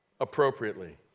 Appropriately